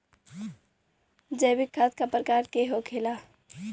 जैविक खाद का प्रकार के होखे ला?